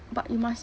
but you must